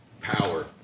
power